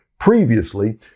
Previously